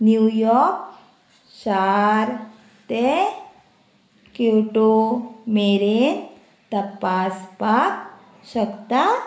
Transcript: New York शार ते Kyoto मेरेन तपासपाक शकता